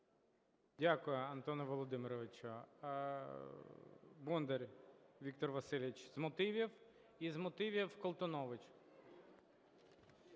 Дякую, Антоне Володимировичу. Бондар Віктор Васильович – з мотивів. І з мотивів – Колтунович.